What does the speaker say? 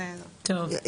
טוב.